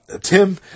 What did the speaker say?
Tim